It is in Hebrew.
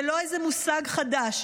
זה לא איזה מושג חדש,